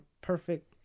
perfect